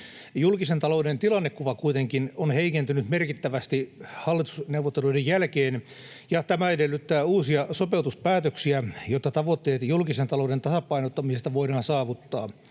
Julkisen talouden tilannekuva kuitenkin on heikentynyt merkittävästi hallitusneuvottelujen jälkeen, ja tämä edellyttää uusia sopeutuspäätöksiä, jotta tavoitteet julkisen talouden tasapainottamisesta voidaan saavuttaa.